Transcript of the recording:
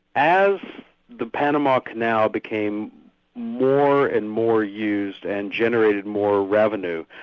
as the panama canal became more and more used and generated more revenue,